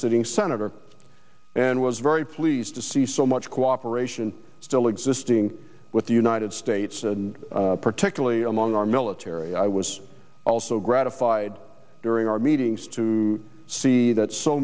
sitting senator and was very pleased to see so much cooperation still existing with the united states particularly among our military i was also gratified during our meetings to see that so